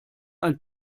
ein